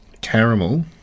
caramel